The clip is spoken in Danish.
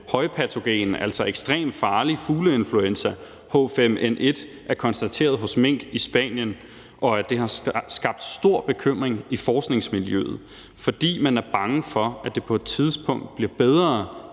H5N1, altså den ekstremt farlige fugleinfluenza, er konstateret hos mink i Spanien, og det har skabt stor bekymring i forskningsmiljøet, fordi man er bange for, at den på et tidspunkt bliver bedre